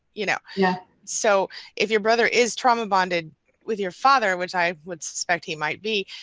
you know. yeah. so if your brother is trauma bonded with your father, which i would suspect he might be,